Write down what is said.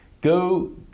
Go